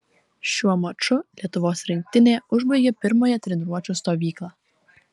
šiuo maču lietuvos rinktinė užbaigė pirmąją treniruočių stovyklą